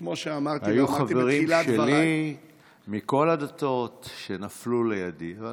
היו חברים שלי מכל הדתות שנפלו לידי.